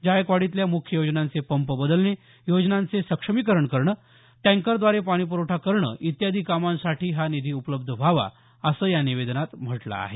जायकवाडीतल्या मुख्य योजनांचे पंप बदलणे योजनांचे सक्षमीकरण करणे टँकरद्वारे पाणीप्रवठा करणे इत्यादी कामांसाठी हा निधी उपलब्ध व्हावा असं या निवेदनात म्हटलं आहे